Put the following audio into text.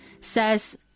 says